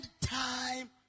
time